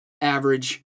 average